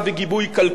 רק לאחרונה.